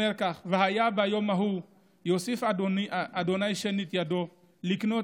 אומר כך: "והיה ביום ההוא יוסיף ה' שנית ידו לקנות